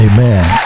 Amen